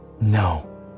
no